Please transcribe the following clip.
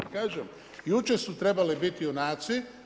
Al kažem, jučer su trebali biti junaci.